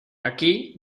aquí